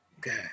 God